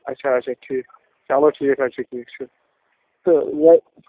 اچھا اچھا ٹھیٖک چلو ٹھیٖک حظ چھُ ٹھیٖک چھُ تہٕ وۄنۍ